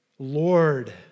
Lord